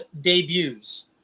debuts